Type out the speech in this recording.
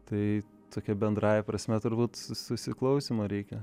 tai tokia bendrąja prasme turbūt susiklausymo reikia